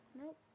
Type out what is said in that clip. Nope